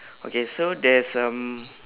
okay so there's um